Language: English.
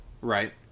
Right